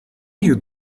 you